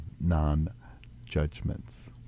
non-judgments